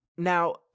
Now